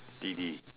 didi